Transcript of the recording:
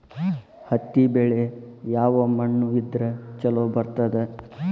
ಹತ್ತಿ ಬೆಳಿ ಯಾವ ಮಣ್ಣ ಇದ್ರ ಛಲೋ ಬರ್ತದ?